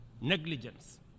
negligence